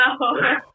No